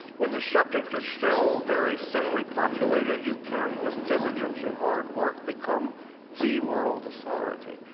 when the subject is still very thinly populated, you can with diligence and hard work become the world authority.